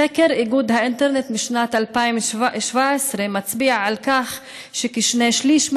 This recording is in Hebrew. סקר של איגוד האינטרנט משנת 2017 מצביע על כך שכשני שלישים